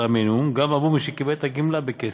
המינימום גם עבור מי שקיבל את הגמלה בכסף,